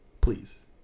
Please